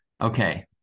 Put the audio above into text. Okay